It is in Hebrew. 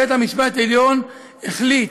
בית-המשפט העליון החליט